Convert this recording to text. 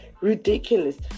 ridiculous